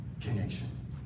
Connection